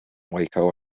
waco